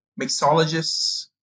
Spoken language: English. mixologists